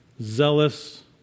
zealous